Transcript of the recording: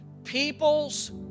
people's